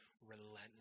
relentless